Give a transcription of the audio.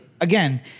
again